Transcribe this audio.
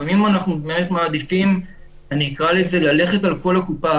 לפעמים אנחנו באמת מעדיפים אני אקרא לזה ללכת על כל הקופה,